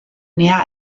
näher